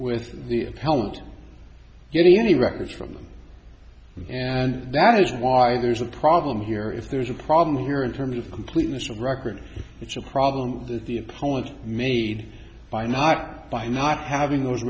with the talent getting any records from you and that is why there's a problem here if there's a problem here in terms of completeness of record it's a problem that the point made by not by not having those